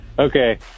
Okay